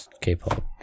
K-pop